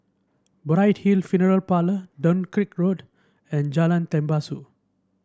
Bright Hill Funeral Parlour Dunkirk Road and Jalan Tembusu